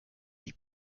die